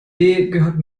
gehört